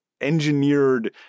engineered